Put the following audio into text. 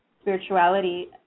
Spirituality